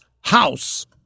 house